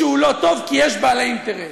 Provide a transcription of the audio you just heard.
שהוא לא טוב כי יש בעלי אינטרס.